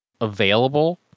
available